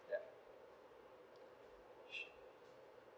yup